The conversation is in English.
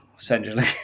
essentially